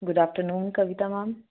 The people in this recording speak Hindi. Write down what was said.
good afternoon Kavita ma'am